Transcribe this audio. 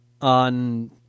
on